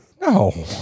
no